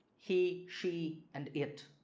he, she, and it.